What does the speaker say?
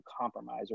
compromise